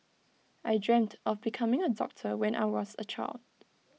I dreamt of becoming A doctor when I was A child